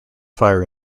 fire